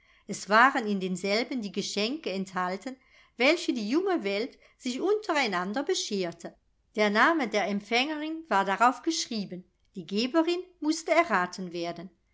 es waren in denselben die geschenke enthalten welche die junge welt sich untereinander bescherte der name der empfängerin war darauf geschrieben die geberin mußte erraten werden